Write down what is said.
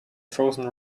frozen